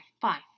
fine